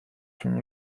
from